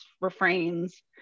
refrains